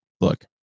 look